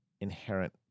inherent